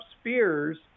spears